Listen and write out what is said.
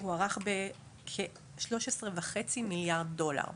הוערך בכ-13.5 מיליארד דולר.